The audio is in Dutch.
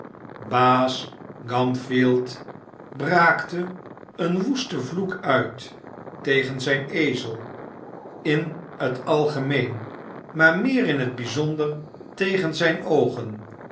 baas oamfield braakte een woesten vloek uit tegen zijn ezel in t algemeen maar meer in t bijzonder tegen zijne oogen